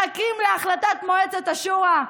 מחכים להחלטת מועצת השורא?